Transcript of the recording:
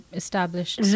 established